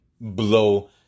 blow